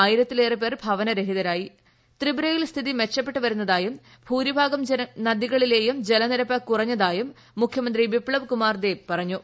ആയിരത്തിലേറേ പേർ ഭവനരഹിതരായി ത്രിപുരയിൽ സ്ഥിതി മെച്ചപ്പെട്ടുവരുന്നതായും ഭൂരിഭാഗം നദികളിലും ജലനിരപ്പ് കുറഞ്ഞതായും മുഖ്യമന്ത്രി ബിപ്തബ് കുമാർ ദേബ് പറഞ്ഞു